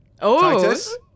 Titus